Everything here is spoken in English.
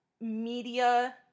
media